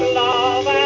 love